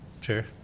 Sure